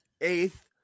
eighth